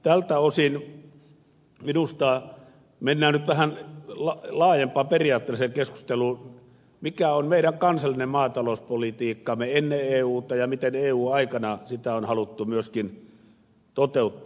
tältä osin minusta mennään nyt vähän laajempaan periaatteelliseen keskusteluun mikä on ollut meidän kansallinen maatalouspolitiikkamme ennen euta ja miten eu aikana sitä on haluttu myöskin toteuttaa